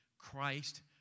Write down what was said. Christ